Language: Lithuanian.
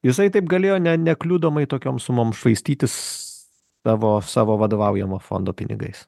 jisai taip galėjo ne nekliudomai tokiom sumoms švaistytis tavo savo vadovaujamo fondo pinigais